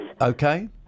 Okay